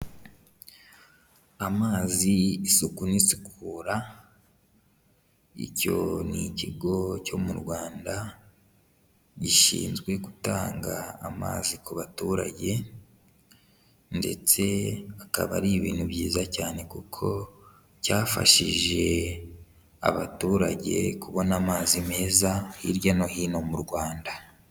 Amazi, isuku n'isukura, icyo ni ikigo cyo mu Rwanda gishinzwe gutanga amazi ku baturage ndetse akaba ari ibintu byiza cyane kuko cyafashije abaturage kubona amazi meza hirya no hino mu Rwanda.